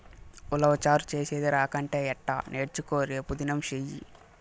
ఉలవచారు చేసేది రాకంటే ఎట్టా నేర్చుకో రేపుదినం సెయ్యి